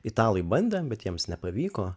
italai bandė bet jiems nepavyko